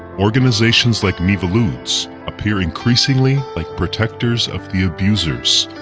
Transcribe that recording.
organizations like miviludes appear increasingly like protectors of the abusers,